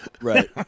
Right